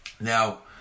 Now